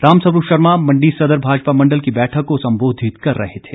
रामस्वरूप शर्मा मंडी सदर भाजपा मंडल की बैठक को संबोधित कर रहे थे